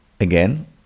Again